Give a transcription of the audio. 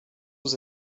was